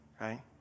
right